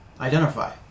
identify